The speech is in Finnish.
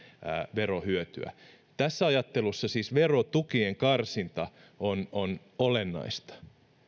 verohyötyä tässä ajattelussa siis verotukien karsinta on on olennaista